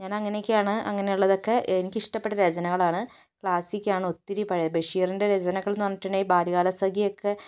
ഞാൻ അങ്ങനെക്കെയാണ് അങ്ങനെയുള്ളതൊക്കെ എനിക്ക് ഇഷ്ടപ്പെട്ട രചനകളാണ് ക്ലാസ്സിക്കാണ് ഒത്തിരി പഴയ ബഷീറിൻ്റെ രചനകൾ എന്ന് പറഞ്ഞിട്ടുണ്ടെങ്കിൽ ബാല്യകാല സഖിയൊക്കെ